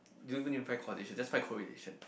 don't even need to find causation just find correlation